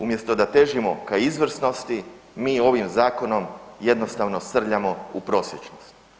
Umjesto da težimo ka izvrsnosti, mi ovim zakonom jednostavno srljamo u prosječnost.